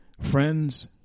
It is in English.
friends